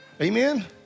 Amen